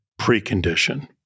precondition